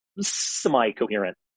semi-coherent